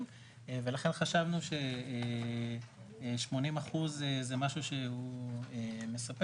ולכן חשבנו ש-80 אחוז זה משהו שהוא מספק.